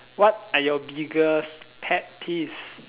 what are your biggest pet peeves